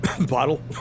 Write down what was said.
bottle